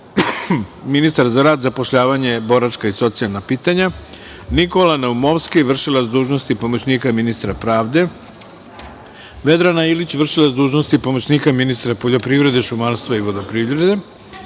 ministar za rad, zapošljavanje, boračka i socijalna pitanja, Nikola Naumovski, vršilac dužnosti pomoćnika ministra pravde, Vedrana Ilić, vršilac dužnosti pomoćnika ministra poljoprivrede, šumarstva i vodoprivrede,